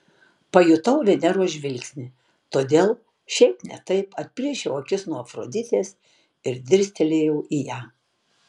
pajutau veneros žvilgsnį todėl šiaip ne taip atplėšiau akis nuo afroditės ir dirstelėjau į ją